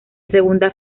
segunda